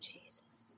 Jesus